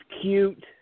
cute